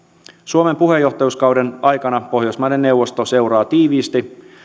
suomen puheenjohtajuuskauden aikana pohjoismaiden neuvosto seuraa tiiviisti